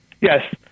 Yes